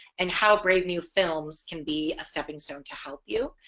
and how brave new films can be a stepping stone to help you.